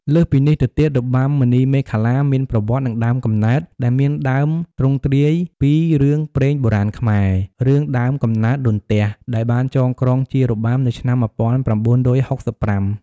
លើសពីនេះទៅទៀតរបាំមុនីមាឃលាមានប្រវត្តិ និងដើមកំណើតដែលមានដើមទ្រង់ទ្រាយពីរឿងព្រេងបុរាណខ្មែរ "រឿងដើមកំណើតរន្ទះ" ដែលបានចងក្រងជារបាំនៅឆ្នាំ ១៩៦៥។